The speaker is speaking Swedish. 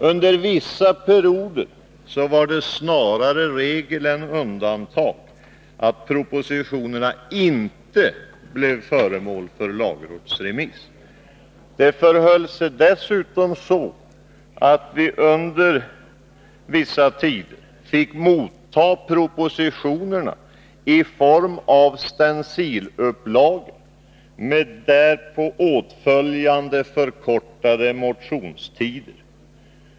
Under vissa perioder var det snarare regel än undantag att propositionerna inte blev föremål för lagrådsremiss. Det förhöll sig dessutom så, att vi under vissa tider fick motta propositionerna i form av stencilupplagor med åtföljande förkortade motionstider.